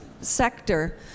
sector